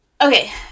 Okay